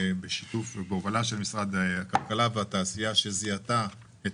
בהובלה של משרד הכלכלה והתעשייה שזיהתה את